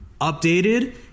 updated